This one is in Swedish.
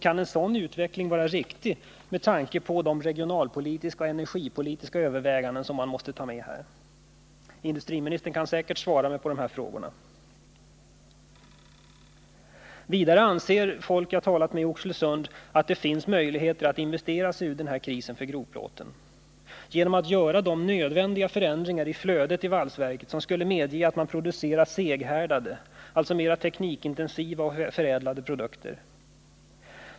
Kan en sådan utveckling vara riktig med tanke på de regionalpolitiska och energipolitiska överväganden som man måste ta med här? Industriministern kan säkert svara mig på dessa frågor. Vidare anser personer som jag talat med att det finns möjligheter att investera sig ur krisen för grovplåten genom att göra de nödvändiga förändringar av flödet i valsverket som skulle medge att man producerade seghärdade, alltså mer teknikintensiva och förädlade produkter.